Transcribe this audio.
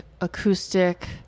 acoustic